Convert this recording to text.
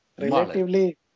Relatively